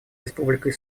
республикой